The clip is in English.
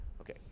Okay